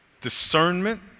discernment